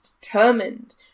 determined